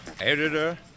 editor